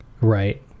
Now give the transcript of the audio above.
Right